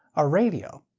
a radio.